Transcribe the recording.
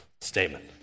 statement